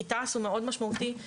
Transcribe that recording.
כי תע"ס הוא מאוד משמעותי- -- אגב,